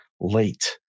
late